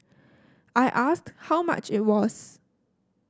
I asked how much it was